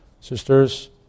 Sisters